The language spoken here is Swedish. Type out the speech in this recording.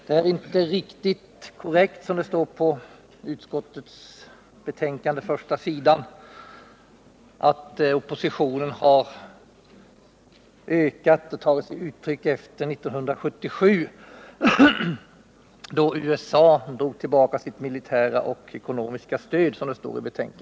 Det är inte riktigt korrekt, som det står i utskottets betänkande på första sidan, att oppositionen har ökat och tagit sig uttryck efter 1977, då USA drog tillbaka sitt militära och ekonomiska stöd.